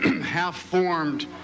half-formed